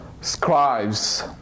scribes